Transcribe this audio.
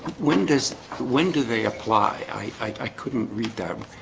when does when do they apply i couldn't read them